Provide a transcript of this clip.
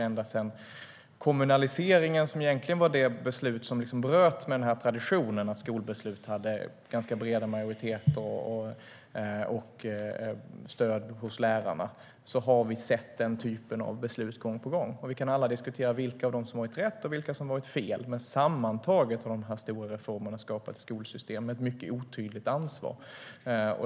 Ända sedan kommunaliseringen, som egentligen var det beslut som bröt med traditionen att skolbeslut hade ganska breda majoriteter och stöd hos lärarna, har vi sett den typen av beslut gång på gång. Vi kan alla diskutera vilka av dem som varit rätt och vilka som varit fel, men sammantaget har de här stora reformerna skapat ett skolsystem med ett mycket otydligt ansvar.